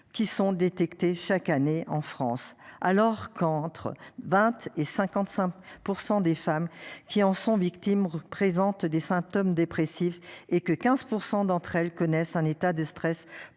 qui sont détectés chaque année en France, alors qu'entre 20 et 55% des femmes qui en sont victimes présentent des symptômes dépressifs et que 15% d'entre elles connaissent un état de stress